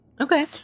Okay